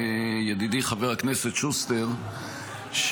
ידידי חבר הכנסת שוסטר,